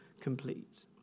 complete